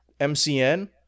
mcn